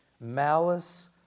malice